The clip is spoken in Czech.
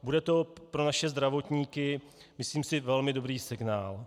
Bude to pro naše zdravotníky, myslím si, velmi dobrý signál.